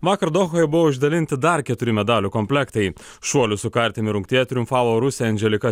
vakar dohoje buvo išdalinti dar keturi medalių komplektai šuolių su kartimi rungtyje triumfavo rusė andželika